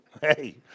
hey